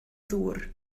ddŵr